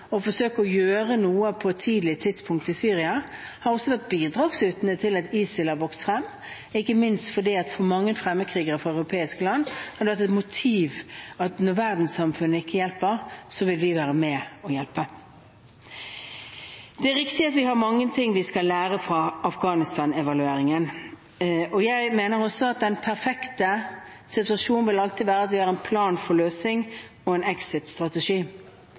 å forsøke å gjøre noe på et tidlig tidspunkt i Syria, har også vært bidragsytende til at ISIL har vokst frem, ikke minst fordi det for mange fremmedkrigere fra europeiske land har vært et motiv at når verdenssamfunnet ikke hjelper, vil de være med og hjelpe. Det er riktig at vi har mange ting vi skal lære fra Afghanistan-evalueringen. Jeg mener også at den perfekte situasjonen vil alltid være at vi har en plan for løsning og en